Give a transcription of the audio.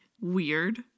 weird